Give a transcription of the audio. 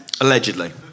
Allegedly